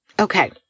Okay